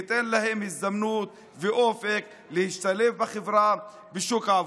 זה ייתן להם הזדמנות ואופק להשתלב בחברה ובשוק העבודה.